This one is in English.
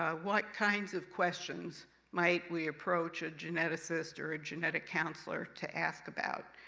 ah what kinds of questions might we approach a geneticist or a genetic counselor to ask about?